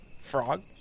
frog